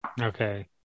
Okay